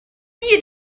you